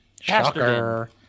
Shocker